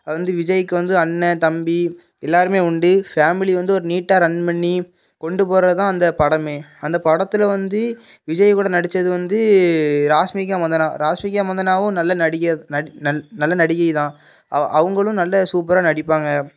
அது வந்து விஜய்க்கு வந்து அண்ணன் தம்பி எல்லோருமே உண்டு ஃபேமிலி வந்து ஒரு நீட்டாக ரன் பண்ணி கொண்டு போவதுதான் அந்த படமே அந்த படத்தில் வந்து விஜய் கூட நடித்தது வந்து ராஷ்மிகா மந்தனா ராஷ்மிகா மந்தனாவும் நல்ல நடிகை நல் நல் நல்ல நடிகை தான் அவ அவங்களும் நல்ல சூப்பராக நடிப்பாங்க